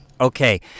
Okay